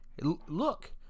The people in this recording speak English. look